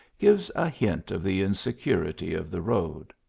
gives a hint of the insecurity of the road.